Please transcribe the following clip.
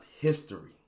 history